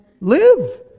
live